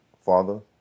Father